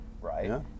right